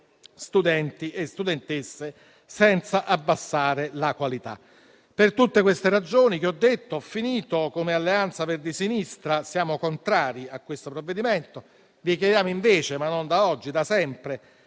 studenti e studentesse senza abbassare la qualità. Per tutte queste ragioni che ho detto, come Alleanza Verdi e Sinistra siamo contrari al provvedimento in esame. Vi chiediamo, invece, ma non da oggi, da sempre,